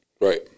Right